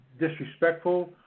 disrespectful